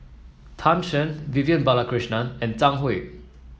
Tan Shen Vivian Balakrishnan and Zhang Hui